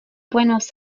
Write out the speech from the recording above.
buenos